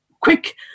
quick